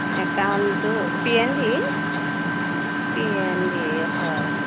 একাউণ্টটো P N D P N D হয়